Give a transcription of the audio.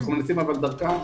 אנחנו מנסים דרכן.